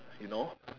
you know